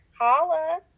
holla